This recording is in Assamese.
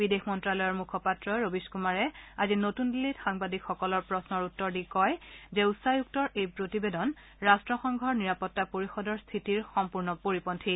বিদেশ মন্তালয়ৰ মুখপাত্ৰ ৰবিশ কুমাৰে আজি নতুন দিল্লীত সাংবাদিকসকলৰ প্ৰশ্নৰ উত্তৰ দি কয় যে উচ্চায়োগৰ এই প্ৰতিবেদনৰ সৈতে ৰাট্টসংঘ নিৰাপত্তা পৰিষদৰ স্থিতিৰ সম্পূৰ্ণ পৰিপন্থী